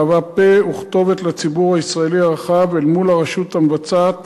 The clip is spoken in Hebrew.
מהווה פה וכתובת לציבור הישראלי הרחב אל מול הרשות המבצעת